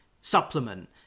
supplement